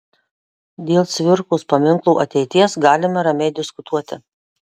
dėl cvirkos paminklo ateities galime ramiai diskutuoti